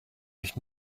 euch